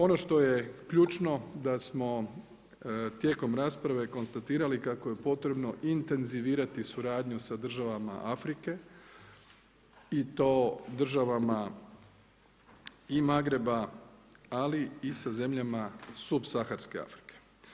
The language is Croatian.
Ono što je ključno da smo tijekom rasprave konstatirali kako je potrebno intenzivirati suradnju sa državama Afrike i to državama i Magreba ali i sa zemljama subsaharske Afrike.